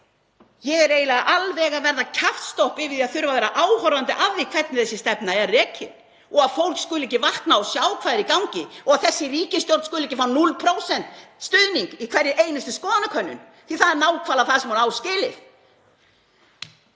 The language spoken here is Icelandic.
Ég er eiginlega alveg að verða kjaftstopp af því að þurfa að vera áhorfandi að því hvernig þessi stefna er rekin og að fólk skuli ekki vakna og sjá hvað er í gangi og að þessi ríkisstjórn skuli ekki fá 0% stuðning í hverri einustu skoðanakönnun því að það er nákvæmlega það sem hún á skilið.